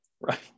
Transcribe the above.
Right